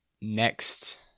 next